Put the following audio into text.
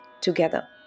together